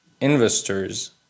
investors